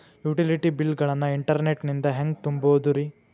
Utility bill ಗಳನ್ನ internet ನಿಂದ ಹೆಂಗ್ ತುಂಬೋದುರಿ?